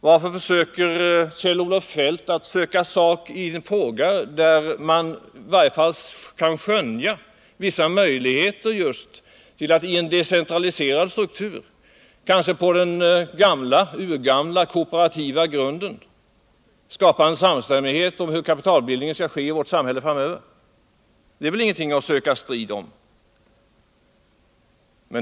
Varför söker Kjell-Olof Feldt sak i en fråga, där man i varje fall kan skönja vissa möjligheter just till att i en decentraliserad struktur, kanske på den urgamla kooperativa grunden, skapa en samstämmighet om hur kapitalbildningen kan ske i vårt samhälle framöver? Det är väl ingenting att söka strid om.